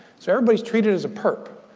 so everybody's treated as a perp.